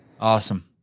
Awesome